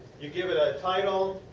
you give it a title.